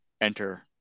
enter